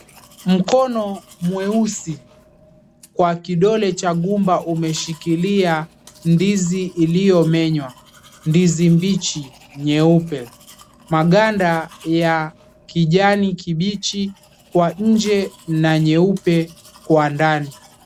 Mkono mweusi kwa kidole cha gumba umeshikilia ndizi iliyomenywa, ndizi mbichi nyeupe. Maganda ya kijani kibichi kwa nje na nyeupe kwa ndani.